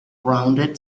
rounded